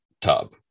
tub